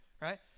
right